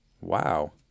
Wow